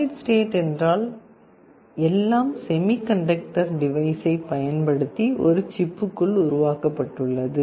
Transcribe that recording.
solid state என்றால் எல்லாம் semiconductor டிவைஸைப் பயன்படுத்தி ஒரு சிப்புக்குள் உருவாக்கப்பட்டுள்ளது